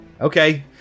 Okay